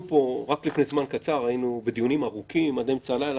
רק לפני זמן קצר היינו בדיונים ארוכים עד אמצע הלילה,